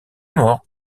morts